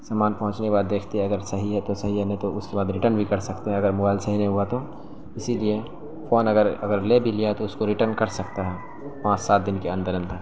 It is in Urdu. سامان پہنچنے کے بعد دیکھتے ہیں اگر صحیح ہے تو صحیح ہے نہیں تو اس کے بعد ریٹن بھی کر سکتے ہیں اگر موبائل صحیح نہیں ہوا تو اسی لیے فون اگر اگر لے بھی لیا تو اس کو ریٹرن کر سکتا ہے پانچ سات دن کے اندر اندر